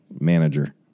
manager